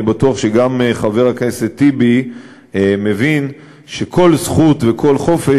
אני בטוח שגם חבר הכנסת טיבי מבין שכל זכות וכל חופש